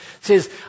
says